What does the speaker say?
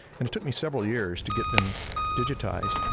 and it took me several years to get them digitized,